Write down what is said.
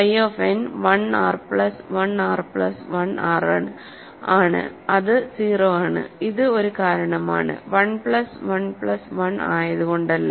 phi of n 1 R plus 1 R plus 1 R ആണ് അത് 0 ആണ് ഇത് ഒരു കാരണമാണ് 1 പ്ലസ് 1 പ്ലസ് 1ആയതു കൊണ്ടല്ല